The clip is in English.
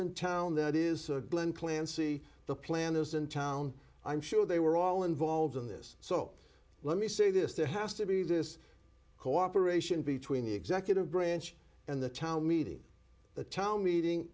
in town that is a blend clancey the plant is in town i'm sure they were all involved in this so let me say this there has to be this cooperation between the executive branch and the town meeting the town meeting